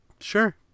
sure